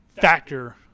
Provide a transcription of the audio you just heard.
factor